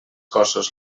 cossos